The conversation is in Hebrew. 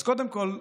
אז קודם כול,